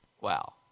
Wow